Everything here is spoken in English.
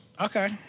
Okay